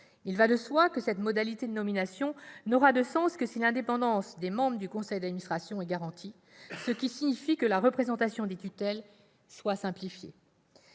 Il va de soi que cette modalité de nomination n'aura de sens que si l'indépendance des membres du conseil d'administration est garantie, ce qui signifie que la représentation des tutelles soit simplifiée.